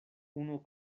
unu